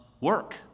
work